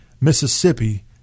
Mississippi